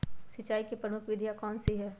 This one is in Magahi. सिंचाई की प्रमुख विधियां कौन कौन सी है?